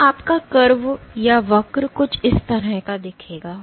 तो आपका कर्व कुछ इस तरह दिखेगा